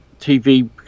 TV